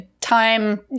Time